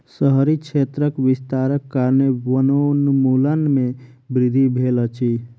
शहरी क्षेत्रक विस्तारक कारणेँ वनोन्मूलन में वृद्धि भेल अछि